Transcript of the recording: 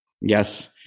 Yes